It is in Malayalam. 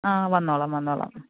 ആ വന്നോളാം വന്നോളാം